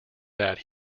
that